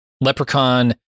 leprechaun